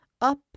up